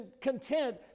content